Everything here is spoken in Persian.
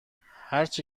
هرچی